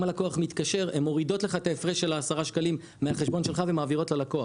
אם הלקוח מתקשר הן מורידות לך את ההפרש של עשרה שקלים ומעבירות ללקוח.